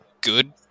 good